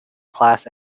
class